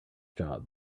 job